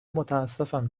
متاسفم